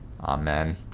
Amen